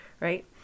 right